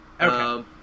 Okay